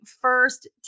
first